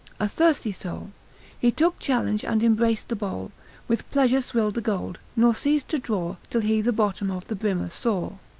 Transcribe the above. a thirsty soul he took challenge and embrac'd the bowl with pleasure swill'd the gold, nor ceased to draw till he the bottom of the brimmer saw.